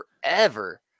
forever